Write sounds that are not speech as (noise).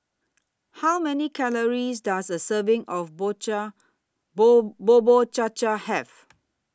How Many Calories Does A Serving of (unintelligible) Cha Bubur Cha Cha Have